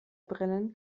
brillen